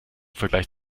vergleich